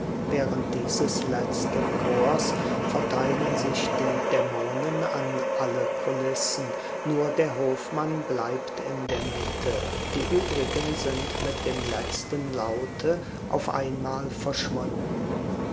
während dieses letzten chors verteilen sich die dämonen an alle kulissen nur der hofmann bleibt in der mitte die übrigen sind mit dem letzten laute auf einmal alle verschwunden